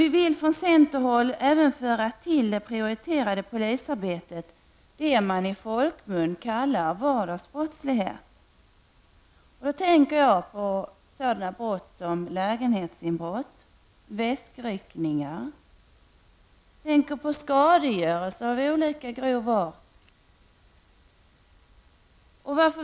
Vi vill från centerhåll till det prioriterade polisarbetet även föra vad man i folkmun kallar vardagsbrottslighet. Jag tänker på sådana brott som lägenhetsinbrott, väskryckningar och skadegörelse av olika grov art.